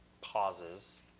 pauses